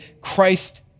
Christ